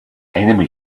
enemy